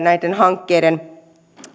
näiden hankkeiden